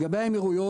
לגבי האמירויות,